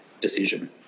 decision